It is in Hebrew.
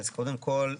אז קודם כל,